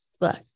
Look